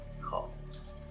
calls